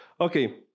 Okay